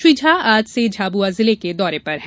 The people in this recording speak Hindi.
श्री झा आज से झाबुआ जिले के दौरे पर है